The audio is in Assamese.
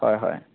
হয় হয়